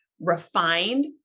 refined